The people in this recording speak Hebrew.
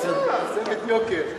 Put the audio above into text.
תוספת יוקר.